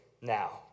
now